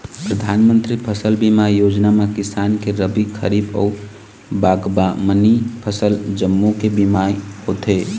परधानमंतरी फसल बीमा योजना म किसान के रबी, खरीफ अउ बागबामनी फसल जम्मो के बीमा होथे